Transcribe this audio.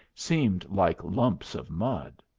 seemed like lumps of mud.